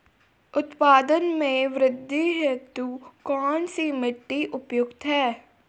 उत्पादन में वृद्धि हेतु कौन सी मिट्टी उपयुक्त है?